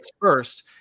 first